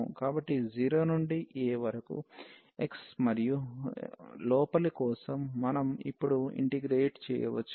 కాబట్టి 0 నుండి a వరకు x మరియు లోపలి కోసం మనం ఇప్పుడు ఇంటిగ్రేట్ చేయవచ్చు